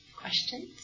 Questions